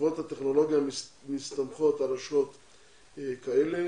חברות הטכנולוגיה מסתמכות על אשרות כאלה,